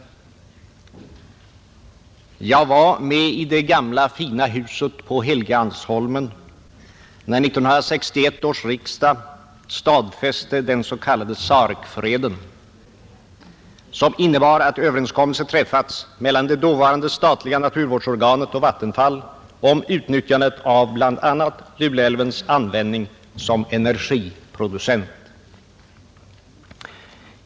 Jag var med i det gamla fina huset på Helgeandsholmen när 1961 års riksdag stadfäste den s.k. Sarekfreden, som innebar att överenskommelse träffats mellan det dåvarande statliga naturvårdsorganet och Vattenfall om utnyttjandet av bl.a. Luleälvens användning som energiproducent.